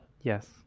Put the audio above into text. Yes